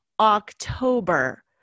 October